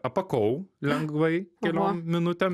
apakau lengvai keliom minutėm